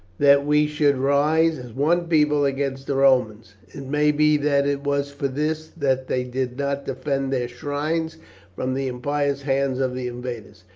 that we should rise as one people against the romans. it may be that it was for this that they did not defend their shrines from the impious hands of the invaders.